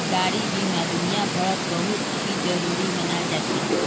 गाडी बीमा दुनियाभरत बहुत ही जरूरी मनाल जा छे